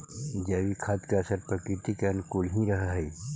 जैविक खाद का असर प्रकृति के अनुकूल ही रहअ हई